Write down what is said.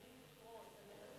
עומדים לקרוס.